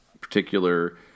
particular